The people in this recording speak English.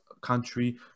country